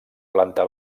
planta